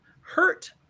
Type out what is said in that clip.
hurt